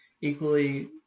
equally